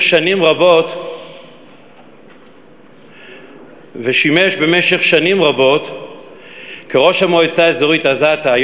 שנים רבות כראש המועצה האזורית עזתה,